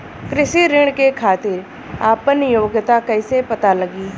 कृषि ऋण के खातिर आपन योग्यता कईसे पता लगी?